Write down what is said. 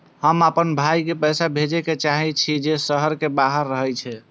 हम आपन भाई के पैसा भेजे के चाहि छी जे शहर के बाहर रहे छै